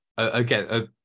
again